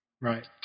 Right